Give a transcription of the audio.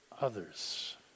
others